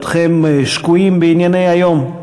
בעודכם שקועים בענייני היום,